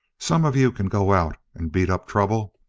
some of you can go out and beat up trouble.